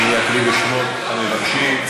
אקריא את שמות המבקשים.